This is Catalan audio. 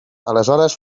aleshores